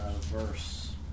verse